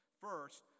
First